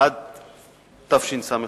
עד תשס"ט.